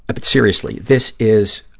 but seriously, this is,